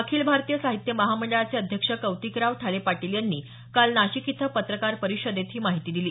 अखिल भारतीय साहित्य महामंडळाचे अध्यक्ष कौतिकराव ठाले पाटील यांनी काल नाशिक इथं पत्रकार परिषदेत ही माहिती दिली